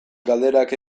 galderak